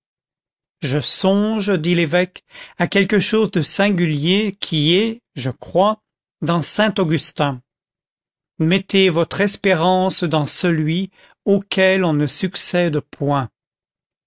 je songe dit l'évêque à quelque chose de singulier qui est je crois dans saint augustin mettez votre espérance dans celui auquel on ne succède point